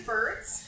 Birds